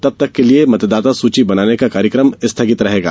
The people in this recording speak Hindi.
तब तक के लिये मतदाता सूची बनाने का कार्यक्रम स्थगित रहेगा